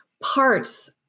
parts